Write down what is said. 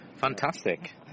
Fantastic